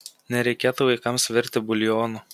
nereikėtų vaikams virti buljonų